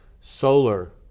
solar